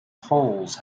holes